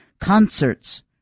concerts